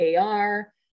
AR